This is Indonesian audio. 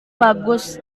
bagus